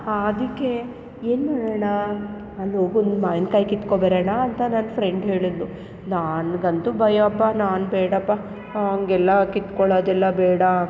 ಹಾಂ ಅದಕ್ಕೆ ಏನು ಮಾಡೋಣ ಅಲ್ಲೋಗಿ ಒಂದು ಮಾವಿನ ಕಾಯಿ ಕಿತ್ಕೊ ಬರೋಣ ಅಂತ ನನ್ನ ಫ್ರೆಂಡ್ ಹೇಳಿದ್ಲು ನನ್ಗಂತು ಭಯಪ್ಪ ನಾನು ಬೇಡಪ್ಪ ಹಾಗೆಲ್ಲ ಕಿತ್ಕೊಳ್ಳೋದೆಲ್ಲ ಬೇಡ